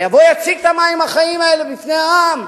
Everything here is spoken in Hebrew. ויבוא ויציג את המים החיים האלה בפני העם.